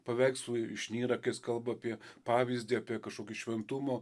paveikslų išnyra kai jis kalba apie pavyzdį apie kažkokį šventumo